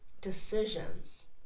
decisions